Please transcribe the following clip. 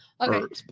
okay